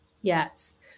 yes